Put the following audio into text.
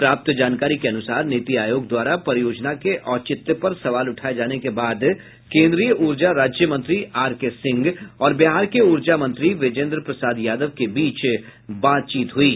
प्राप्त जानकारी के अनुसार नीति आयोग द्वारा परियोजना के औचित्य पर सवाल उठाये जाने के बाद केंद्रीय ऊर्जा राज्य मंत्री आर के सिंह और बिहार के ऊर्जा मंत्री विजेंद्र प्रसाद यादव के बीच बातचीत हुयी